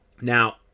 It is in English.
Now